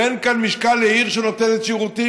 ואין כאן משקל לעיר שנותנת שירותים,